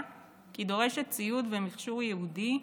כי היא דורשת ציוד ומכשור ייעודיים,